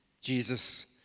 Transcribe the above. Jesus